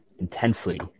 intensely